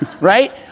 right